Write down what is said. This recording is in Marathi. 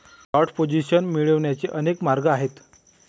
शॉर्ट पोझिशन मिळवण्याचे अनेक मार्ग आहेत